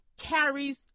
carries